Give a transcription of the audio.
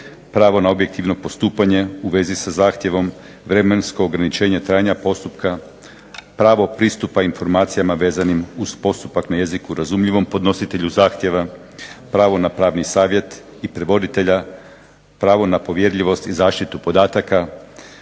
pravo na objektivno postupanje u vezi sa zahtjevom, vremensko ograničenje trajanja postupka, pravo pristupa informacijama vezanim uz postupak na jeziku razumljivom podnositelju zahtjeva, pravo na pravni savjet i prevoditelja, pravo na povjerljivost i zaštitu podataka,